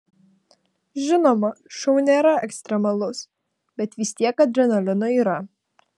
žinoma šou nėra ekstremalus bet vis tiek adrenalino yra